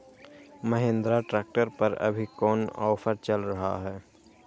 Mahindra tractor पर अभी कोन ऑफर चल रहा है?